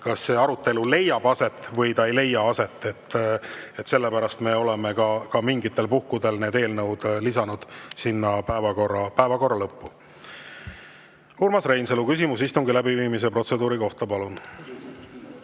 kas arutelu leiab aset või ta ei leia aset. Sellepärast me oleme mingitel puhkudel need eelnõud lisanud sinna päevakorra lõppu. Urmas Reinsalu, küsimus istungi läbiviimise protseduuri kohta, palun!